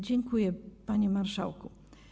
Dziękuję, panie marszałku.